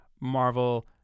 Marvel